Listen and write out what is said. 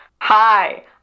hi